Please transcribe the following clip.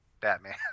Batman